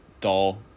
dull